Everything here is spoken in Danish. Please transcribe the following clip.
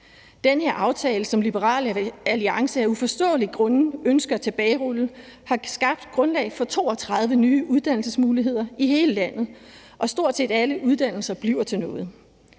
Den her aftale, som Liberal Alliance af uforståelige grunde ønsker at tilbagerulle, har skabt grundlag for 32 nye uddannelsesmuligheder i hele landet, og stort set alle uddannelser bliver til noget.